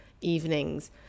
evenings